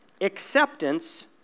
acceptance